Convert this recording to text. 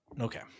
Okay